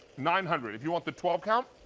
nine hundred. if you want the twelve count,